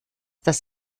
das